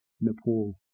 Nepal